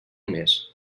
més